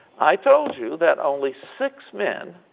i told you that only six men